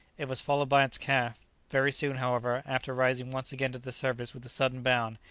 it was followed by its calf very soon, however, after rising once again to the surface with a sudden bound,